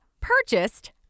purchased